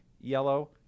yellow